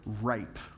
ripe